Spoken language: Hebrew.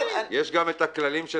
יש גם את הכללים של